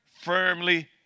firmly